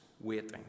waiting